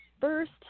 first